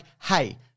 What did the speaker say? hey